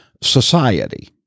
society